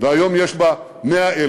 והיום יש בה 100,000,